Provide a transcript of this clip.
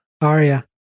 aria